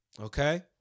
Okay